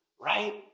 right